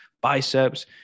biceps